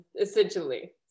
essentially